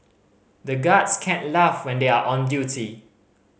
the guards can't laugh when they are on duty